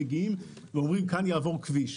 מגיעים ואומרים: כאן יעבור כביש.